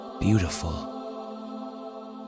beautiful